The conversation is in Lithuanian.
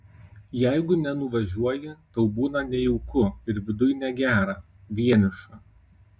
jeigu nenuvažiuoji tau būna nejauku ir viduj negera vieniša